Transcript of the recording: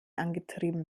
angetrieben